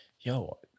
yo